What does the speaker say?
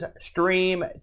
Stream